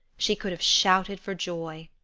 she could have shouted for joy.